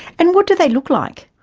and what do they look like?